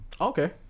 Okay